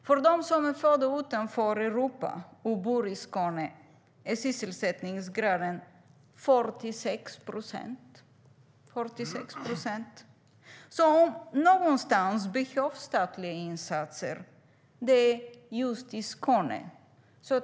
Bland dem som är födda utanför Europa och bor i Skåne är sysselsättningsgraden 46 procent. Om det är någonstans det behövs statliga insatser så är det i Skåne.